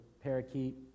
parakeet